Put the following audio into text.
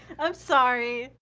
i'm sorry!